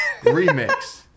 Remix